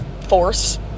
force